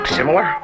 Similar